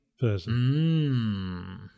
person